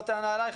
לא טענה אלייך,